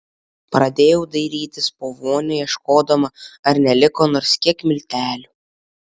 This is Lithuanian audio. pradėjau dairytis po vonią ieškodama ar neliko nors kiek miltelių